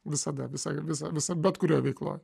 visada visai visą visą bet kurioj veikloj